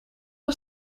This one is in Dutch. een